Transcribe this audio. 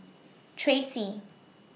Tracee